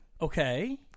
okay